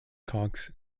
cox